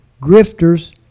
grifters